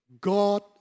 God